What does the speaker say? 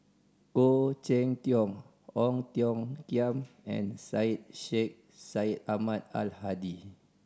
Khoo Cheng Tiong Ong Tiong Khiam and Syed Sheikh Syed Ahmad Al Hadi